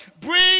bring